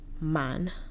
man